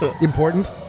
important